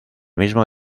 mismo